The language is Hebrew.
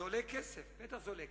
זה עולה כסף, בטח זה עולה כסף.